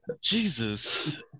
Jesus